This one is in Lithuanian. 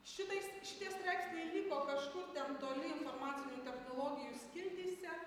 šitais šitie straipsniai liko kažkur ten toli informacinių technologijų skiltyse